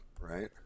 right